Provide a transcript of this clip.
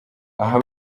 aha